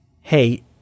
Hey